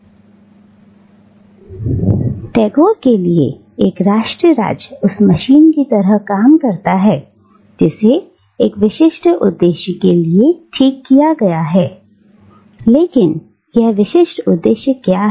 लेकिन टैगोर के लिए एक राष्ट्र राज्य उस मशीन की तरह काम करता है जिसे एक विशिष्ट उद्देश्य के लिए ठीक किया गया है लेकिन यह विशिष्ट उद्देश्य क्या है